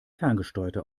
ferngesteuerte